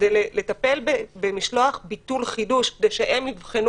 כדי לטפל במשלוח ביטול-חידוש כדי שהם יבחנו